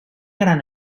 gran